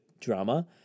drama